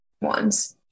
ones